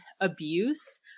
abuse